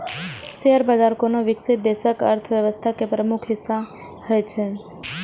share बाजार कोनो विकसित देशक अर्थव्यवस्था के प्रमुख हिस्सा होइ छै